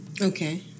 okay